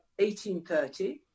1830